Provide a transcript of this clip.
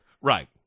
Right